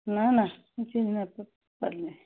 ନା ନା ମୁଁ ଚିହ୍ନି ନପାର୍ଲି